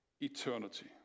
eternity